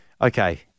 Okay